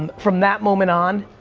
and from that moment on,